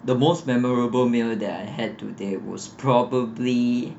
the most memorable meal that I had today was probably